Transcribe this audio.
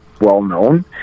well-known